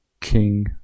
King